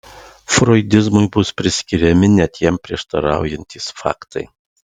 froidizmui bus priskiriami net jam prieštaraujantys faktai